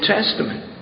Testament